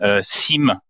SIM